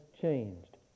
changed